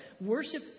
Worship